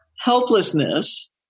helplessness